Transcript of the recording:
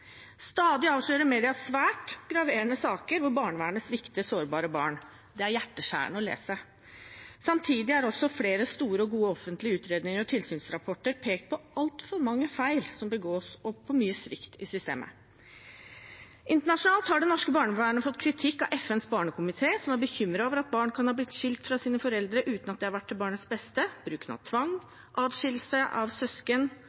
Stadig avslører media svært graverende saker hvor barnevernet svikter sårbare barn. Det er hjerteskjærende å lese. Samtidig har også flere store og gode offentlige utredninger og tilsynsrapporter pekt på altfor mange feil som begås, og for mye svikt i systemet. Internasjonalt har det norske barnevernet fått kritikk av FNs barnekomité, som er bekymret over at barn kan ha blitt skilt fra sine foreldre uten at det har vært til barnets beste, og bekymret over bruken av tvang, adskillelse av søsken,